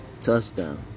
Touchdown